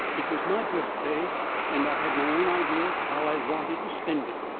it was my birthday and i had my own ideas of how i wanted to spend it.